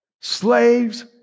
slaves